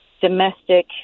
domestic